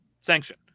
sanction